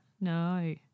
No